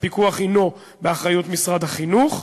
משרד הבריאות מנחה בהנחיות המקצועיות את משרד החינוך,